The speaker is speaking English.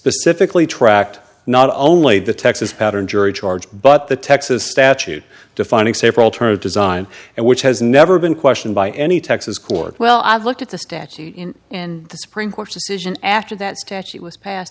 specifically tracked not only the texas pattern jury charge but the texas statute defining safer alternative design and which has never been questioned by any texas court well i've looked at the statute in and the supreme court's decision after that statute was passed